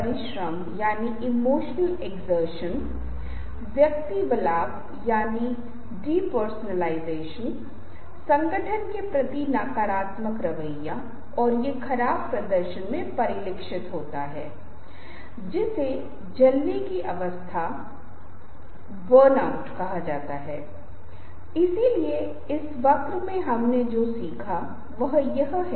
लेकिन वह आगे की ओर झुक रहा है दूसरे व्यक्ति के लिए थोड़ी अधीनता की भावना का संचार कर रहा है कम आक्रामकता और आगे की ओर गर्दन जकड़ रहा है जिससे अधिक से अधिक ब्याज दिखाई दे रहा है